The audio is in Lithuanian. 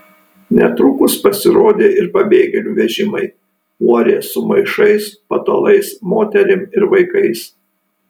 netrukus pasirodė ir pabėgėlių vežimai uorės su maišais patalais moterim ir vaikais